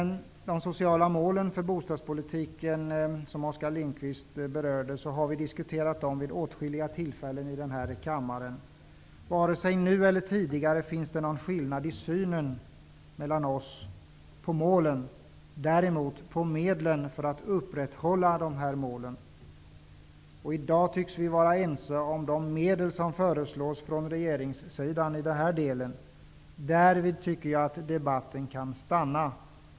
De sociala målen för bostadspolitiken, som Oskar Lindkvist berörde, har vi diskuterat vid åtskilliga tillfällen i den här kammaren. Det fanns inte tidigare och finns inte nu någon skillnad i vår syn på målen, däremot på medlen för att upprätthålla dessa mål. I dag tycks vi vara ense om de medel som föreslås från regeringens sida. Därvid tycker jag att debatten kan stanna.